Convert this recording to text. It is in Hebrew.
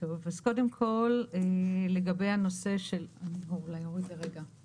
קודם כל, לגבי הנושא של אירופה.